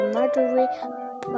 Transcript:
Marjorie